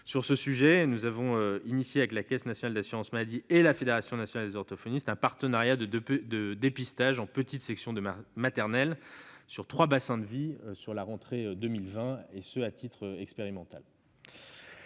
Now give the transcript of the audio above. sur ce sujet, nous avons lancé, avec la Caisse nationale d'assurance maladie et la Fédération nationale des orthophonistes, un partenariat de dépistage en petite section de maternelle sur trois bassins de vie pour la rentrée 2020, à titre expérimental.